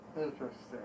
Interesting